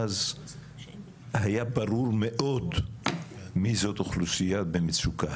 אז היה ברור מאוד מי זאת אוכלוסייה במצוקה.